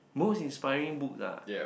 most inspiring books ah